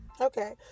Okay